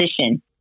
position